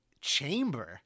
chamber